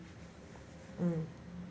mm